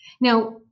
Now